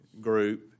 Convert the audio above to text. group